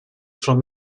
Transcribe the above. from